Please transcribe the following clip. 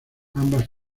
ambas